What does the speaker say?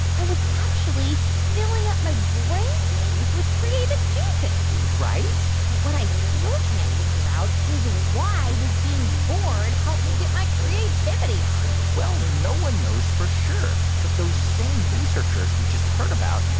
i was actually filling up my brain tank with creative juices right? but what i still can't figure out is, why does being bored help me get my creativity on? well, no one knows for sure, but those same researchers we just heard about,